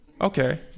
Okay